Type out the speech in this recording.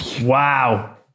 Wow